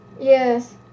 Yes